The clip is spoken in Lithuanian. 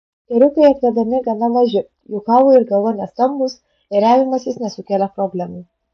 ėriukai atvedami gana maži jų kaulai ir galva nestambūs ėriavimasis nesukelia problemų